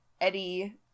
Eddie